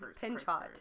Pinchot